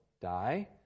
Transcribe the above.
die